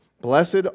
Blessed